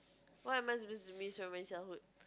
what am I supposed to miss from my childhood